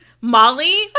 Molly